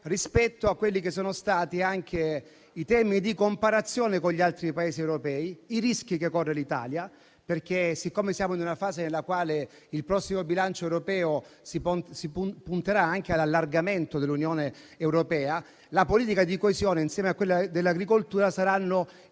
ascoltato nessuna valutazione, in termini di comparazione con gli altri Paesi europei, sui rischi che corre l'Italia. Siccome siamo in una fase nella quale il prossimo bilancio europeo punterà anche all'allargamento dell'Unione europea, la politica di coesione, insieme a quella dell'agricoltura, saranno i due